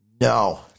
No